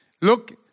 Look